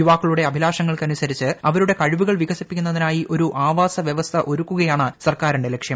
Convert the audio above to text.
യുവാക്കളുടെ അഭിലാഷങ്ങൾക്കനുസരിച്ച് അവരുടെ കഴിവുകൾ വികസിപ്പിക്കുന്നതിനായി ഒരു ആവാസ വ്യവസ്ഥ ഒരുക്കുകയാണ് കേന്ദ്ര സർക്കാരിന്റെ ലക്ഷ്യം